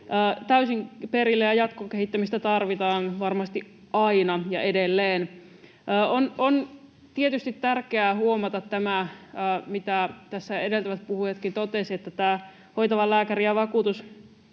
täysin perille ja jatkokehittämistä tarvitaan varmasti aina ja edelleen. On tietysti tärkeää huomata tämä, mitä tässä edeltävätkin puhujat totesivat, että hoitavan lääkärin ja vakuutuslääkärin